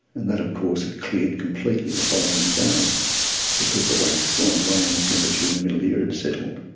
and then of course had cleared completely the following day because the wax had gone away and the temperature in the middle ear had settled.